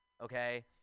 okay